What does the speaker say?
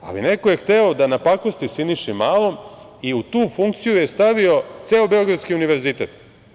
Ali, neko je hteo da napakosti Siniši Malom i u tu funkciju je stavio ceo Beogradski univerzitet.